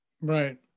Right